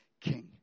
king